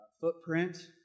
footprint